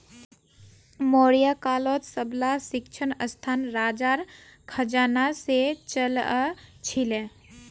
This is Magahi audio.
मौर्य कालत सबला शिक्षणसंस्थान राजार खजाना से चलअ छीले